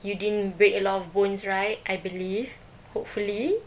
you didn't break a lot of bones right I believe hopefully